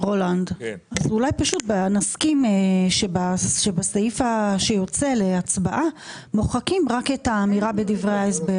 אולי פשוט נסכים שבסעיף שיוצא להצבעה מוחקים רק את האמירה בדברי ההסבר.